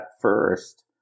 first